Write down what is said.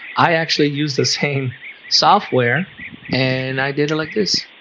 i actually used the same software and i did a like this